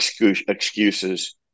excuses